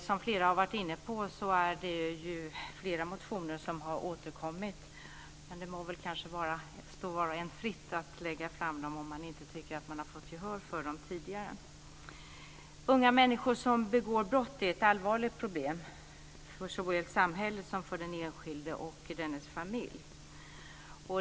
Som flera har varit inne på är det flera motioner som har återkommit. Det må kanske stå var och en fritt att lägga fram dem om man inte tycker att man har fått gehör för dem tidigare. Unga människor som begår brott är ett allvarligt problem för såväl samhället som den enskilde och dennes familj.